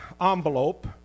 envelope